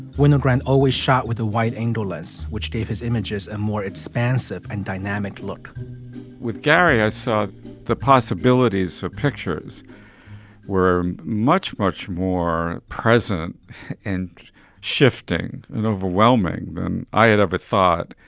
winogrand always shot with a wide angle lens, which gave his images a more expansive and dynamic look with gary ah eyes the possibilities for pictures were much, much more present and shifting and overwhelming than i had ever thought.